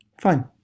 Fine